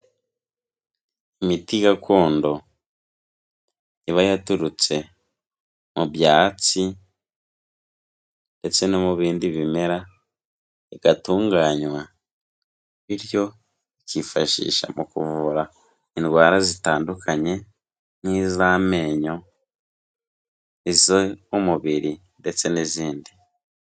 Imiti gakondo iba yaturutse mu byatsi ndetse no mu bindi bimera igatunganywa bityo ikifashisha mu kuvura indwara zitandukanye nk'iz'amenyo izo umubiri ndetse n'izindi.